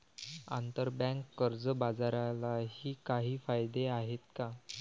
आंतरबँक कर्ज बाजारालाही काही कायदे आहेत का?